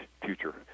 future